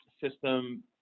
system